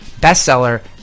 bestseller